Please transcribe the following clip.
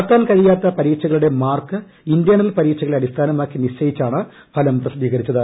നടത്താൻ കഴിയാത്ത പരീക്ഷകളുടെ മാർക്ക് ഇന്റേണൽ പരീക്ഷകളെ അടിസ്ഥാനമാക്കി നിശ്ചയിച്ചാണ് ഫലം പ്രസിദ്ധീകരിച്ചത്